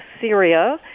Syria